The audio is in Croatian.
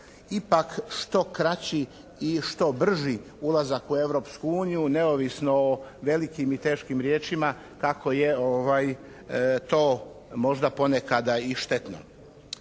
ipak što kraći i što brži ulazak u Europsku uniju, neovisno o velikim i teškim riječima kako je to možda ponekada i štetno.